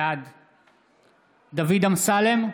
בעד דוד אמסלם,